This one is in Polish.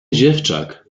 dziewczak